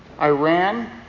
Iran